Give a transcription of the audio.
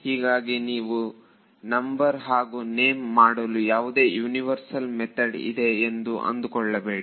ಹೀಗಾಗಿ ನೀವು ನಂಬರ್ ಹಾಗೂ ನೇಮ್ ಮಾಡಲು ಯಾವುದೇ ಯುನಿವರ್ಸಲ್ ಮೆಥಡ್ ಇದೆ ಎಂದು ಅಂದುಕೊಳ್ಳಬೇಡಿ